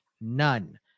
none